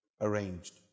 arranged